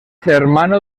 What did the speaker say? hermano